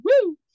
woo